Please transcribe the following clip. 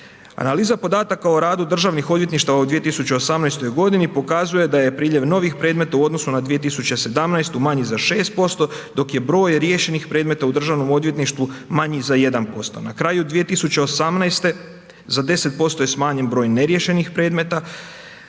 Analiza podataka o radu državnih odvjetništava u 2018. g. pokazuje da je priljev novih predmeta u odnosu na 2017. manji za 6% dok je broj riješenih predmeta u Državnom odvjetništvu manji za 1%. Na kraju 2018. za 10% je smanjen broj neriješenih predmeta